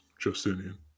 Justinian